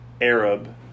Arab